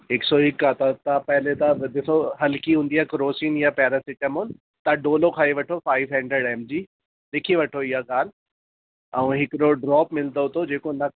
हिक सौ हिक आहे त तव्हां पहले तव्हां ॾिसो हलकी हूंदी आहे क्रोसीन या पैरासीटामॉल तव्हां डोलो खाई वठो फ़ाइफ हंड्रेड एम जी लिखी वठो हीअ ॻाल्हि ऐं हिकिड़ो ड्रॉप मिलंदो अथव जेको न